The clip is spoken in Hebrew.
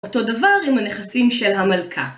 אותו דבר עם הנכסים של המלכה